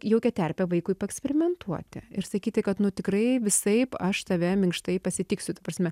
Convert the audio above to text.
jaukią terpę vaikui paeksperimentuoti ir sakyti kad nu tikrai visaip aš tave minkštai pasitiksiu ta prasme